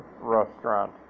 restaurant